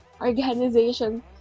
organization